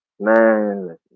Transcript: Man